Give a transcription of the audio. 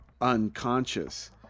unconscious